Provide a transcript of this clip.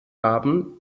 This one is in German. haben